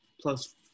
plus